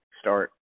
start